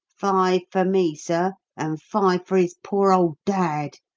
five for me, sir, and five for his poor old dad!